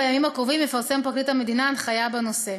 בימים הקרובים יפרסם פרקליט המדינה הנחיה בנושא.